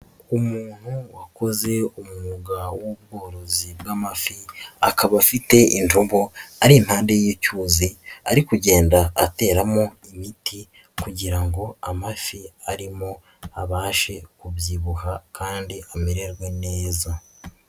Umuntu wakoze umwuga w'ubworozi bw'amafi akaba afite indobo ari impande y'icyuzi ari kugenda ateramo imiti kugira ngo amafi arimo abashe kubyibuha kandi amererwe neza.